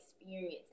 experience